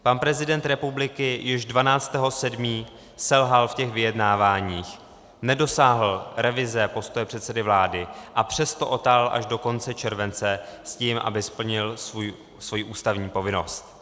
Pan prezident republiky již 12. 7. selhal v těch vyjednáváních, nedosáhl revize postoje předsedy vlády, a přesto otálel až do konce července, s tím, aby splnil svoji ústavní povinnost.